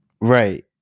Right